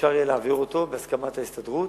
ואפשר יהיה להעביר אותו בהסכמת ההסתדרות,